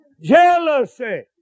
Jealousy